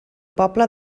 poble